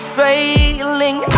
failing